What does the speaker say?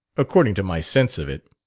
according to my sense of it.